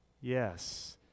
yes